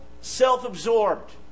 self-absorbed